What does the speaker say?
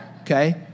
okay